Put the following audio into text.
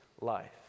life